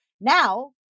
Now